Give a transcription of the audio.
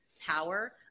power